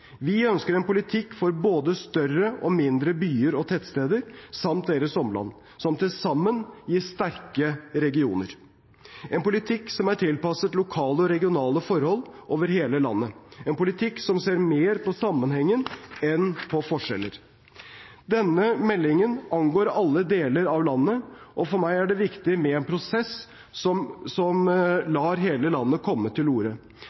Vi ønsker en politikk for både større og mindre byer og tettsteder, samt deres omland, som til sammen gir sterke regioner, en politikk som er tilpasset lokale og regionale forhold over hele landet, en politikk som ser mer på sammenhengen enn på forskjeller. Denne meldingen angår alle deler av landet, og for meg er det viktig med en prosess som lar hele landet komme til orde.